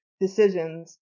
decisions